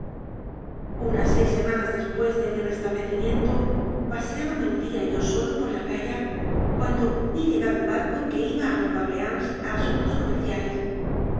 unas seis semanas después de mi restableci miento paseábame un día yo solo por la playa cuando vi llegar un barco que iba a nueva orleáns a asuntos comerciales